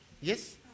Yes